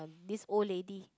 this old lady